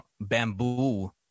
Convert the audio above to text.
bamboo